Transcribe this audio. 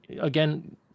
again